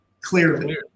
clearly